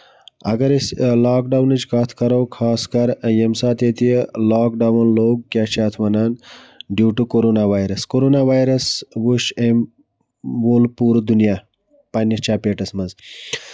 اَگر أسۍ لاکڈونٕچ کَتھ کرو خاص کر ییٚمہِ ساتہٕ ییٚتہِ لاکڈَوُن لوٚگ کیاہ چھِ اتھ وَنان due to corona virus corona virus وٕچھ أمۍ ووٚن پوٗرٕ دُنیا پننس چَپیٹَس منٛز